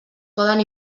poden